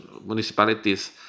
municipalities